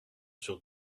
sur